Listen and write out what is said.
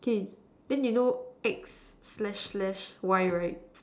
okay then you know X slash slash Y right